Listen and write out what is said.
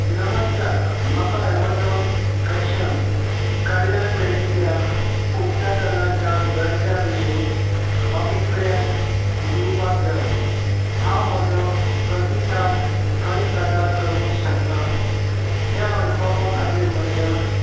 नमस्कार म्हाका Amazon fashion कडल्यान मेळिल्ल्या उत्पादनाच्या दर्जा विशीं अभिप्राय दिवपाक जाय हांव म्हजो प्रतिसाद खंय सादर करूंक शकतां ह्या अणभवा खातीर म्हज्या